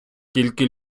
тільки